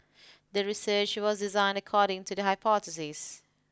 the research was designed according to the hypothesis